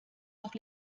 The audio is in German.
doch